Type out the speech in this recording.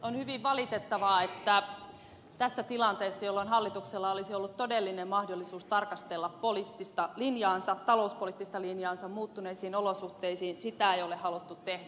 on hyvin valitettavaa että tässä tilanteessa jolloin hallituksella olisi ollut todellinen mahdollisuus tarkastella talouspoliittista linjaansa muuttuneissa olosuhteissa sitä ei ole haluttu tehdä